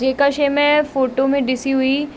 जेका शइ मैं फोटो में ॾिसी हुई